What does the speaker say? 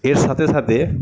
এর সাথে সাথে